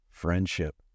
Friendship